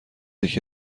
یکی